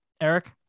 Eric